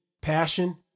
passion